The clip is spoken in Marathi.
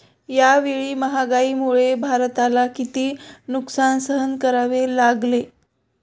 यावेळी महागाईमुळे भारताला किती नुकसान सहन करावे लागले आहे?